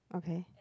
okay